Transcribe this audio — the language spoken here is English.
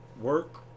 work